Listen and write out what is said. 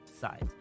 side